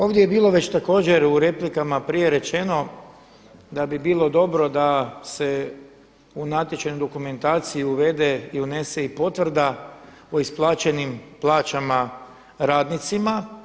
Ovdje je bilo već također u replikama prije rečeno da bi bilo dobro da se u natječajnu dokumentaciju uvede i unese i potvrda o isplaćenim plaćama radnicima.